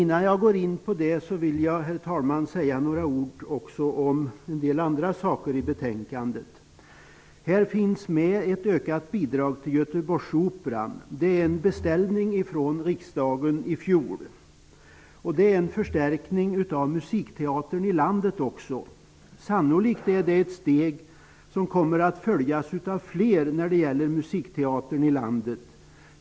Innan jag går in på det vill jag säga några ord om en del andra saker i betänkandet. Där finns med ett ökat bidrag till Göteborgsoperan. Det är en beställning från riksdagen i fjol. Det är också en förstärkning av musikteatern i landet. Det är sannolikt ett steg som kommer att följas av fler när det gäller musikteatern i landet.